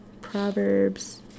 proverbs